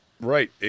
right